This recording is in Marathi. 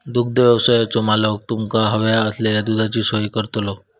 दुग्धव्यवसायाचो मालक तुमका हव्या असलेल्या दुधाची सोय करतलो